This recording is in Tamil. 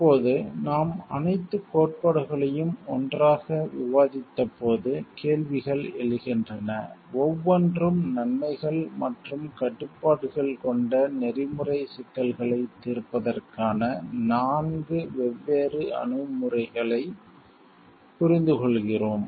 இப்போது நாம் அனைத்து கோட்பாடுகளையும் ஒன்றாக விவாதித்தபோது கேள்விகள் எழுகின்றன ஒவ்வொன்றும் நன்மைகள் மற்றும் கட்டுப்பாடுகள் கொண்ட நெறிமுறை எதிக்ஸ் சிக்கல்களைத் தீர்ப்பதற்கான 4 வெவ்வேறு அணுகுமுறைகளைப் புரிந்துகொள்கிறோம்